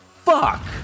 fuck